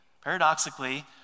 Paradoxically